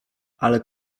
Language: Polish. ale